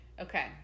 okay